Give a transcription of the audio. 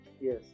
yes